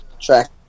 track